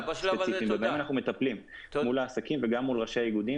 ספציפיים ובהם אנחנו מטפלים מול העסקים וגם מול ראשי האיגודים